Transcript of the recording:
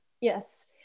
Yes